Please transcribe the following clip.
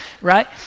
right